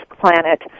planet